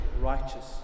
righteous